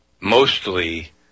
mostly